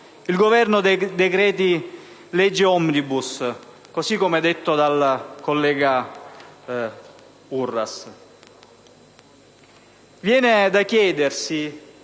il Governo dei decreti-legge *omnibus*, così come detto dal collega Uras. Viene da chiedersi